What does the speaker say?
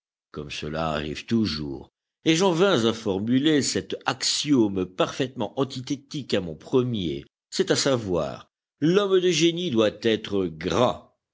comme cela arrive toujours et j'en vins à formuler cet axiome parfaitement antithétique à mon premier c'est à savoir l'homme de génie doit être gras